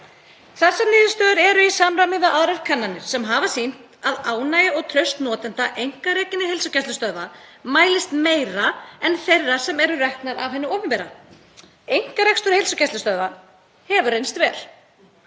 Þessar niðurstöður eru í samræmi við aðrar kannanir sem hafa sýnt að ánægja og traust notenda einkarekinna heilsugæslustöðva mælist meira en þeirra sem eru reknar af hinu opinbera. Einkarekstur heilsugæslustöðva hefur reynst vel.